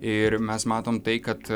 ir mes matom tai kad